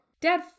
Dad